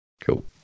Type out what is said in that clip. Cool